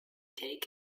take